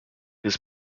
his